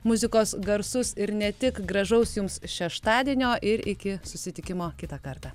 muzikos garsus ir ne tik gražaus jums šeštadienio ir iki susitikimo kitą kartą